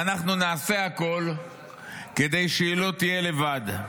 ואנחנו נעשה הכול כדי שהיא לא תהיה לבד.